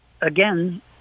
again